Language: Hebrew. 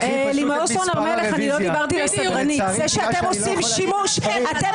--- לימור סון הר מלך (עוצמה יהודית): מה זה הדבר הזה?